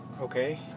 Okay